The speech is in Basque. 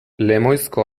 lemoizko